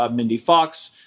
um mindy fox,